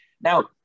now